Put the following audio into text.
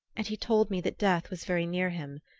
and he told me that death was very near him.